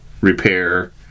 repair